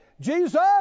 Jesus